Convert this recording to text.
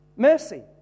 Mercy